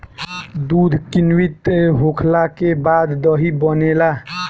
दूध किण्वित होखला के बाद दही बनेला